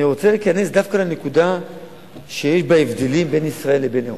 אני רוצה להיכנס דווקא לנקודה של ההבדלים בין ישראל לבין אירופה.